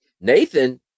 Nathan